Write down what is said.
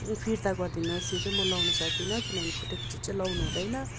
फिर्ता गरिदिनु होस् यो चाहिँ म लगाउनु सक्दिनँ किनभने फुटेको चिज चाहिँ लगाउनु हुँदैन